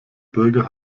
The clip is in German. bürger